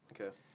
Okay